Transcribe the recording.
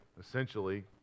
essentially